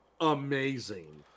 amazing